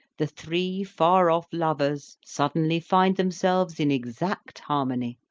the three far-off lovers suddenly find themselves in exact harmony,